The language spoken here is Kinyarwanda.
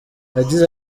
yagize